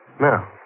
Now